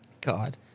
God